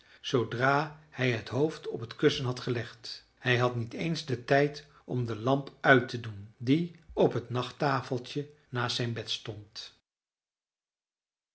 zoodra hij het hoofd op het kussen had gelegd hij had niet eens de tijd om de lamp uit te doen die op het nachttafeltje naast zijn bed stond